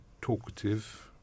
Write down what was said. talkative